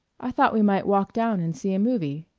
i thought we might walk down and see a movie.